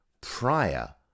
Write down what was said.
prior